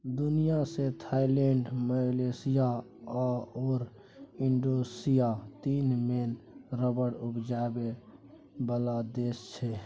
दुनियाँ मे Thailand, Malaysia आओर इंडोनेशिया तीन मेन रबर उपजाबै बला देश छै